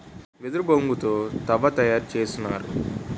వెదురు బొంగు తో తవ్వ తయారు చేసినారు